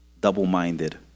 double-minded